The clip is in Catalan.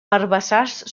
herbassars